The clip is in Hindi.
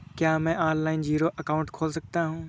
क्या मैं ऑनलाइन जीरो अकाउंट खोल सकता हूँ?